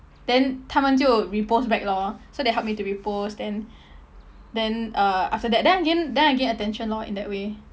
then 他们就 repost back lor so they help me to repost then then uh after that then I gain then I gain attention lor in that way